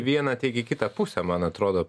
vieną tiek į kitą pusę man atrodo